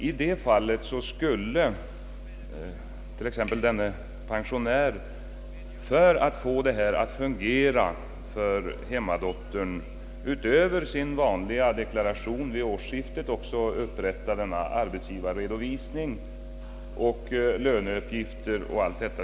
I sådana fall skulle t. ex, en pensionär, för att få detta att fungera för hemmadottern, utöver sin vanliga deklaration vid årsskiftet också upprätta arbetsgivarredovisning, löneuppgifter 0. S. Vv.